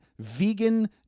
vegan